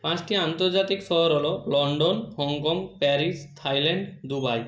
পাঁচটি আন্তর্জাতিক শহর হলো London Hong Kong Paris Thailand Dubai